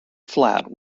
flat